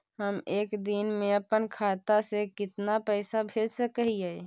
हम एक दिन में अपन खाता से कितना पैसा भेज सक हिय?